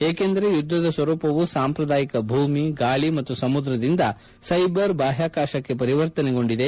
ಏಕೆಂದರೆ ಯುದ್ಧದ ಸ್ತರೂಪವು ಸಾಂಪ್ರದಾಯಿಕ ಭೂಮಿ ಗಾಳಿ ಮತ್ತು ಸಮುದ್ರದಿಂದ ಸೈಬರ್ ಬಾಹ್ಕಾಕಾಶಕ್ಕೆ ಪರಿವರ್ತನೆಗೊಂಡಿದೆ